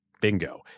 Bingo